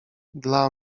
dla